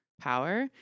power